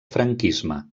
franquisme